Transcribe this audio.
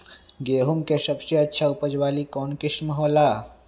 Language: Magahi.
गेंहू के सबसे अच्छा उपज वाली कौन किस्म हो ला?